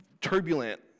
turbulent